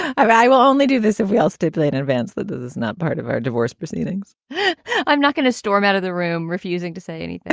i will only do this if we all stipulate in advance that this is not part of our divorce proceedings i'm not going to storm out of the room refusing to say any